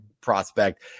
prospect